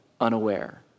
unaware